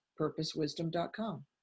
PurposeWisdom.com